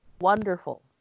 wonderful